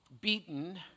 beaten